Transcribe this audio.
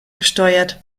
gesteuert